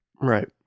Right